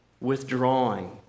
withdrawing